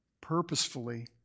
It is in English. purposefully